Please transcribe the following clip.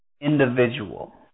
individual